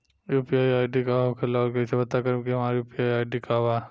UPI ID का होखेला और कईसे पता करम की हमार यू.पी.आई आई.डी का बा?